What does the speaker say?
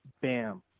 Bam